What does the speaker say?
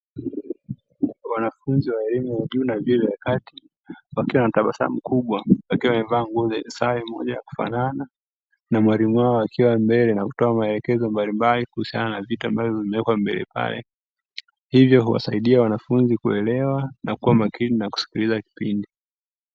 Wanafunzi wa elimu ya juu na vyuo vya kati wakiwa na tabasamu kubwa, wakiwa wamevaa nguo za sare moja ya kufanana na mwalimu wao akiwa mbele na kutoa maelekezo mbalimbali kuhusiana na vitu ambavyo vimewekwa mbele pale. Hivyo kuwasaidia wanafunzi kuelewa na kuwa makini na kusikiliza kipindi.